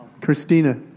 Christina